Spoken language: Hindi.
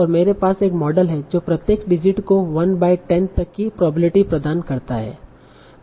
और मेरे पास एक मॉडल है जो प्रत्येक डिजिट को 1 बाय 10 तक की प्रोबेबिलिटी प्रदान करता है